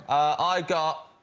i got